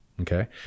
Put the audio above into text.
okay